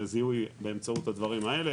זיהוי באמצעות הדברים האלה,